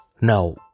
now